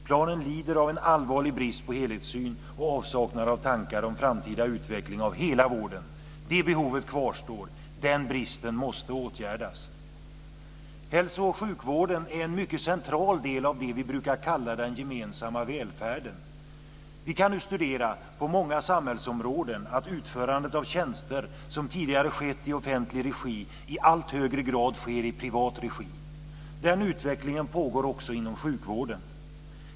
Planen lider av en allvarlig brist på helhetssyn och avsaknad av tankar om framtida utveckling av hela vården. Det behovet kvarstår, den bristen måste åtgärdas. Hälso och sjukvården är en mycket central del av det vi brukar kalla den gemensamma välfärden. Vi kan nu på många samhällsområden studera att utförandet av tjänster som tidigare skett i offentlig regi i allt högre grad sker i privat regi. Den utvecklingen pågår också inom sjukvården.